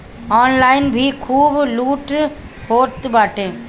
online भी खूब लूट होत बाटे